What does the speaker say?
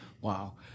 Wow